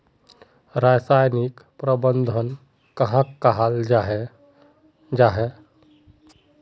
रासायनिक प्रबंधन कहाक कहाल जाहा जाहा?